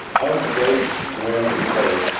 i would very generically say,